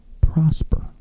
prosper